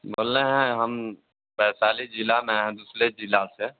बोलना है हम वैशाली ज़िले में है दूसरे ज़िले से